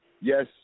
Yes